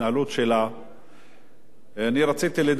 אני רציתי לדבר על אוהל המחאה